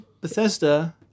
Bethesda